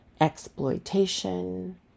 exploitation